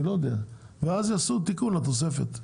ואז יעשו תיקון לתוספת.